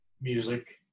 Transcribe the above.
music